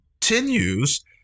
continues